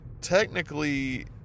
technically